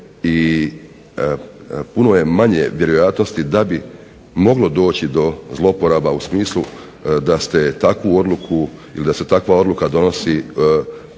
i puno je manje vjerojatnosti da bi moglo doći do zlouporaba u smislu da ste takvu odluku, da se takva odluka donosi